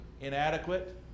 inadequate